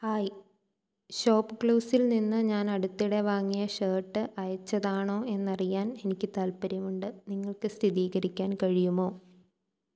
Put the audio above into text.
hi shop ക്ലൂസിൽ നിന്ന് ഞാൻ അടുത്തിടെ വാങ്ങിയ ഷേട്ട് അയച്ചതാണോ എന്ന് അറിയാൻ എനിക്ക് താത്പര്യമുണ്ട് നിങ്ങൾക്ക് സ്ഥിതീകരിക്കാൻ കഴിയുമോ